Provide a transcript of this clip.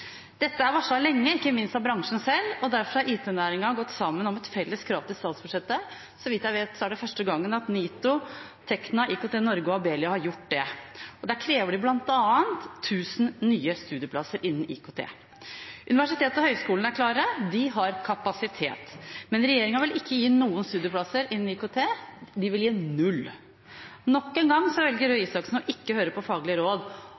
Dette er varslet lenge, ikke minst av bransjen selv, og derfor har IT-næringen gått sammen om et felles krav til statsbudsjettet. Så vidt jeg vet, er det første gangen at NITO, Tekna, IKT-Norge og Abelia har gjort det. Der krever de bl.a. 1 000 nye studieplasser innen IKT. Universitetene og høyskolene er klare, de har kapasitet, men regjeringen vil ikke gi noen studieplasser innen IKT. De vil gi null. Nok en gang velger Røe Isaksen ikke å høre på faglige råd,